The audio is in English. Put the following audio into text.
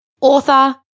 author